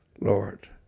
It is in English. Lord